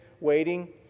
waiting